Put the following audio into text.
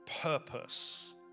purpose